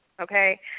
okay